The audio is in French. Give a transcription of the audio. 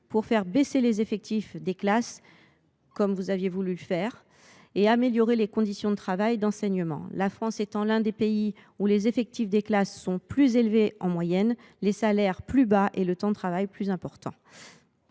pour faire baisser les effectifs des classes, comme vous aviez voulu le faire, et améliorer les conditions de travail et d’enseignement. La France est l’un des pays où, en moyenne, les effectifs des classes sont plus élevés, les salaires sont plus bas et le temps de travail est plus important.